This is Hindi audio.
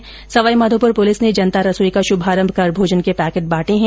वहीं सवाईमाधोपुर पुलिस ने जनता रसोई का शुभारम्भ कर भोजन के पैकेट बांटे है